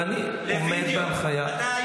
ואני עומד בהחלטה.